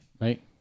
right